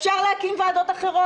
אפשר גם להקים ועדות אחרות,